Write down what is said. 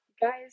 guys